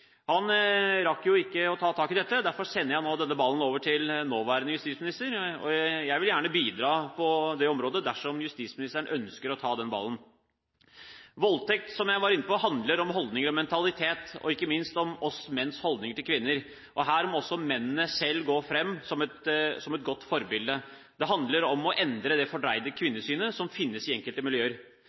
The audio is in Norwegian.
Han rakk jo ikke å ta tak i dette. Derfor sender jeg nå denne ballen over til den nåværende justisminister. Jeg vil gjerne bidra på dette området dersom justisministeren ønsker å ta den ballen. Voldtekt, som jeg var inne på, handler om holdninger og mentalitet og ikke minst om menns holdninger til kvinner. Her må også mennene selv stå fram som et godt forbilde. Det handler om å endre det fordreide kvinnesynet som finnes i enkelte miljøer.